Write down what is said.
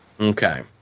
Okay